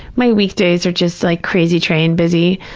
my weekdays are just like crazy-train busy.